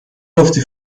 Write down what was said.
گفتی